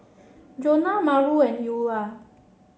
Jonah Maura and Eulah